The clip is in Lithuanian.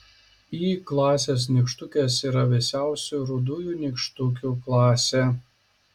y klasės nykštukės yra vėsiausių rudųjų nykštukių klasė